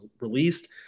released